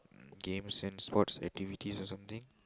mm games and sports activities or something